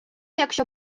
якщо